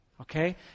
okay